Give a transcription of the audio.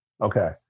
Okay